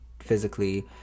physically